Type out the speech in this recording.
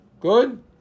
Good